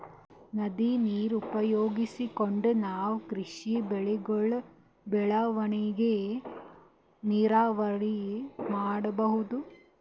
ನದಿ ನೀರ್ ಉಪಯೋಗಿಸ್ಕೊಂಡ್ ನಾವ್ ಕೃಷಿ ಬೆಳೆಗಳ್ ಬೆಳವಣಿಗಿ ನೀರಾವರಿ ಮಾಡ್ಬಹುದ್